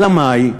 אלא מאי,